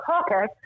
okay